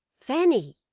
fanny